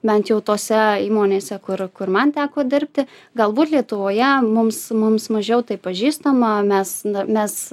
bent jau tose įmonėse kur kur man teko dirbti galbūt lietuvoje mums mums mažiau tai pažįstama mes mes